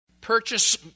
Purchase